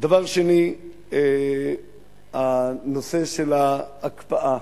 דבר שני, הנושא של ההקפאה.